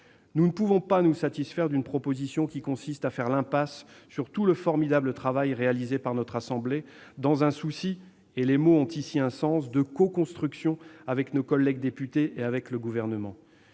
Nous ne pouvons pas nous satisfaire d'une proposition qui revient à faire l'impasse sur tout le formidable travail réalisé par notre assemblée dans un souci- et les mots ont ici un sens -de coconstruction avec nos collègues députés et avec le Gouvernement.